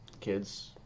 kids